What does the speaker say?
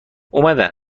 اومدن